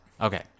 okay